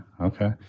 okay